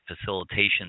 facilitation